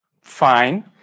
fine